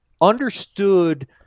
understood